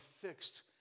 fixed